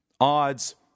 odds